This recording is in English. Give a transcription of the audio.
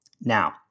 Now